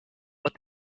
what